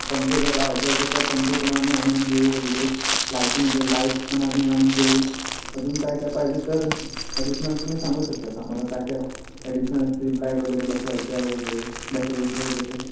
पंखे जर लावायचं असेल तर पंखे पण आम्ही आणून देऊ वगैरे लाईटिंगचं लाईट्स पण आम्ही आणून देऊ अजून काय काय पाहिजे तर ॲडिशनल तुम्ही सांगू शकतात आम्हाला काय काय ॲडिशनल स्ट्रीप लाईट वगैरे बसवायचे आहे वगैरे डेकोरेटिव वगैरे जर